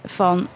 van